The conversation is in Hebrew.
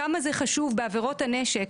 כמה זה חשוב בעבירות הנשק